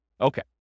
Okay